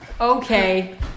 Okay